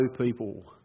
people